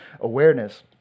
awareness